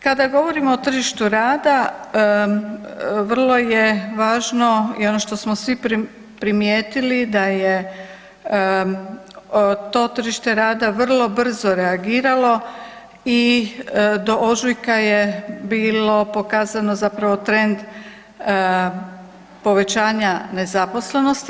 Kada govorimo o tržištu rada vrlo je važno i ono što smo svi primijetili da je to tržište rada vrlo brzo reagiralo i do ožujka je bilo pokazano zapravo trend povećanja nezaposlenosti.